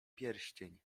pierścień